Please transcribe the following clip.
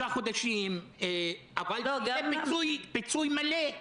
פיצוי מלא.